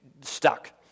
stuck